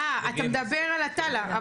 אתה מדבר על עטאללה.